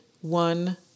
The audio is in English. one